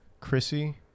Chrissy